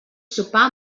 sopar